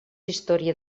història